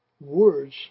words